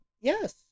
Yes